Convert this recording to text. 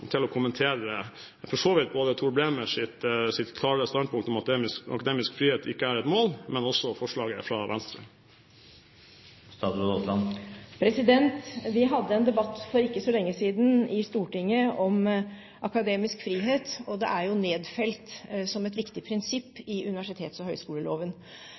til å kommentere – for så vidt – både Tor Bremers klare standpunkt om at akademisk frihet ikke er et mål, og også forslaget fra Venstre. Vi hadde en debatt for ikke så lenge siden i Stortinget om akademisk frihet, og det er jo nedfelt som et viktig prinsipp i universitets- og høyskoleloven.